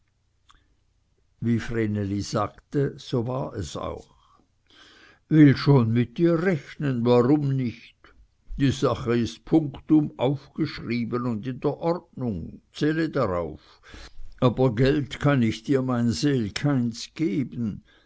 wie vreneli sagte so war es auch will schon mit dir rechnen warum nicht die sache ist punktum aufgeschrieben und in der ordnung zähle darauf aber geld kann dir mein seel keins geben